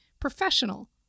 professional